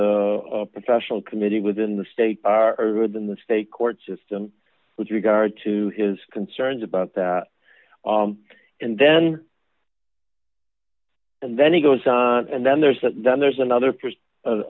professional committee within the state are within the state court system with regard to his concerns about that and then and then he goes on and then there's that then there's another